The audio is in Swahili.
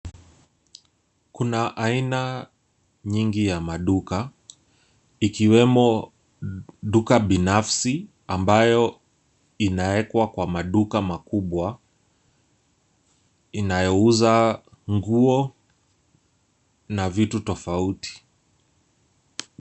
Kuna aina nyingi ya maduka, ikiwemo duka binafsi ambayo inawekwa kwa maduka makubwa. Inayouza nguo na vitu tofauti.